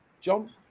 John